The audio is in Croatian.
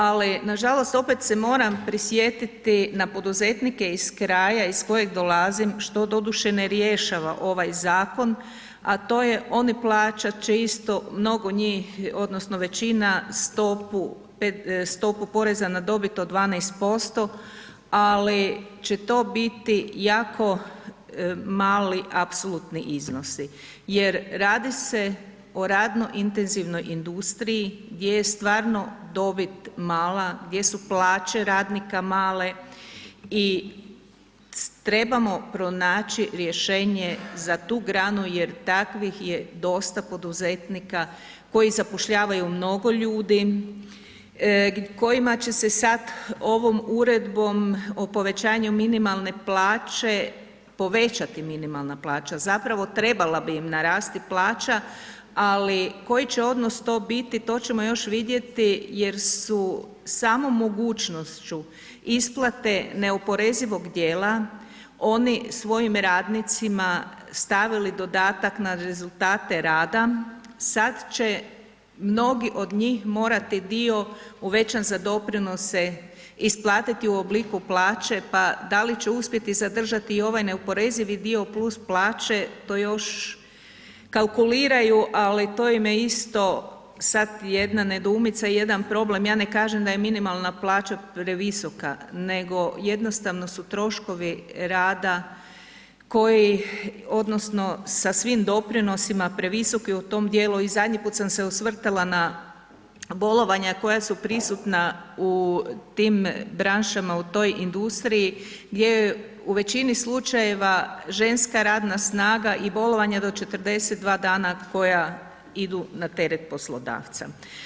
Ali nažalost opet se moram prisjetiti na poduzetnike iz kraja iz kojeg dolazim, što doduše ne rješava ovaj zakon, a to je oni plaćat će isto, mnogo njih odnosno većina stopu, stopu poreza na dobit od 12%, ali će to biti jako mali apsolutni iznosi jer radi se o radno intenzivnoj industriji gdje je stvarno dobit mala, gdje su plaće radnika male i trebamo pronaći rješenje za tu granu jer takvih je dosta poduzetnika koji zapošljavaju mnogo ljudi, kojima će se sad ovom Uredbom o povećanju minimalne plaće povećati minimalna plaća, zapravo trebala bi im narasti plaća, ali koji će odnos to biti, to ćemo još vidjeti jer su samo mogućnošću isplate neoporezivog dijela oni svojim radnicima stavili dodatak na rezultate rada, sad će mnogi od njih morati dio uvećan za doprinose isplatiti u obliku plaće, pa da li će uspjeti zadržati i ovaj neoporezivi dio plus plaće, to još kalkuliraju, ali to im je isto sad jedna nedoumica, jedan problem, ja ne kažem da je minimalna plaća previsoka, nego jednostavno su troškovi rada koji odnosno sa svim doprinosima previsoki u tom dijelu i zadnji put sam se osvrtala na bolovanja koja su prisutna u tim branšama, u toj industriji gdje je u većini slučajeve ženska radna snaga i bolovanje do 42 dana koja idu na teret poslodavca.